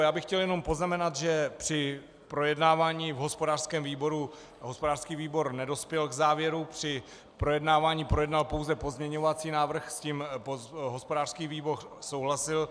Já bych chtěl jenom poznamenat, že při projednávání v hospodářském výboru hospodářský výbor nedospěl k závěru při projednávání, projednal pouze pozměňovací návrh, s tím hospodářský výbor souhlasil.